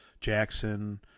jackson